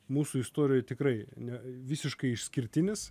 mūsų istorijoj tikrai ne visiškai išskirtinis